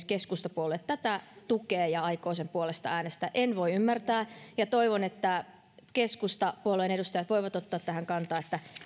keskustapuolue tätä tukee ja aikoo sen puolesta äänestää en voi ymmärtää ja toivon että keskustapuolueen edustajat voivat ottaa tähän kantaa